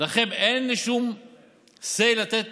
לכם אין שום say, לתת